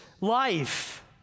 life